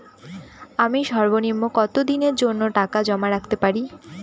আমি সর্বনিম্ন কতদিনের জন্য টাকা জমা রাখতে পারি?